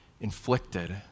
inflicted